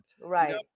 Right